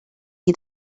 qui